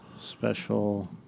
special